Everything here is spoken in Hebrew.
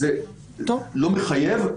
זה לא מחייב,